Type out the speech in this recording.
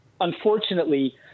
unfortunately